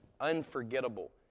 unforgettable